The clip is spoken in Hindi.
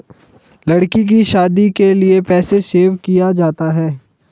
लड़की की शादी के लिए पैसे सेव किया जाता है